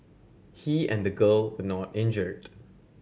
he and the girl were not injured